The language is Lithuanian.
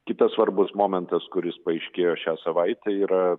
kitas svarbus momentas kuris paaiškėjo šią savaitę yra